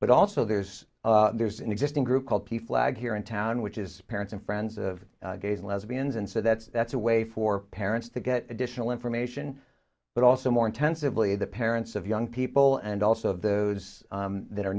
but also there's there's an existing group called the flag here in town which is parents and friends of gays and lesbians and so that's that's a way for parents to get additional information but also more intensively the parents of young people and also those that are